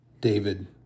David